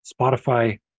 Spotify